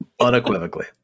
unequivocally